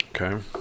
Okay